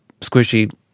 squishy